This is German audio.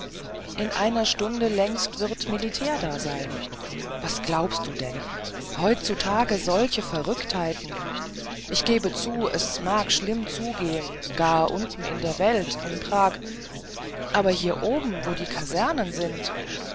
in einer stunde längstens wird militär da sein was glaubst du denn heutzutage solche verrücktheiten ich gebe zu es mag schlimmer zugehen gar unten in der welt in prag aber hier oben wo die kasernen sind